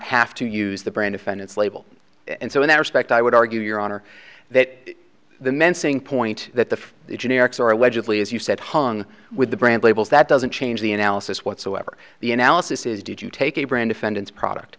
have to use the brain defendant's label and so in that respect i would argue your honor that the mensing point that the generics are allegedly as you said hung with the brand labels that doesn't change the analysis whatsoever the analysis is did you take a brand defendant's product